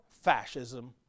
fascism